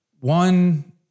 one